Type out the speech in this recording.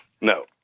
No